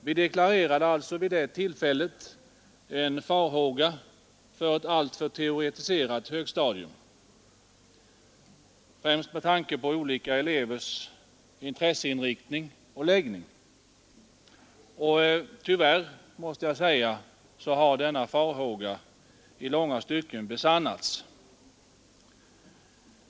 Vi deklarerade alltså vid det tillfället en farhåga för ett alltför teoretiserat högstadium, främst med tanke på olika elevers intresseinriktning och läggning. Tyvärr har denna farhåga i långa stycken besannats.